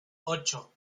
ocho